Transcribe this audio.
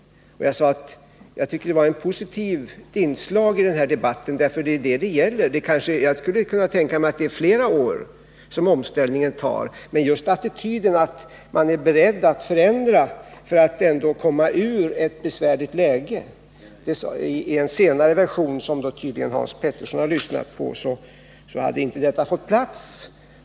Jag sade att det var en positiv inställning. Jag skulle kunna tänka mig att det tar ytterligare några år att omställa sig, men det positiva är attityden: man är beredd att förändra för att komma ur ett besvärligt läge. I en senare version, som tydligen Hans Petersson lyssnade på, har detta inte fått plats.